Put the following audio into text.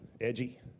edgy